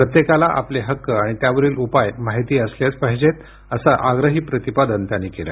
प्रत्येकाला आपले हक्क आणि त्यावरील उपाय माहिती असलेच पाहिजेत असं आग्रही प्रतिपादन त्यांनी केल